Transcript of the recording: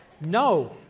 No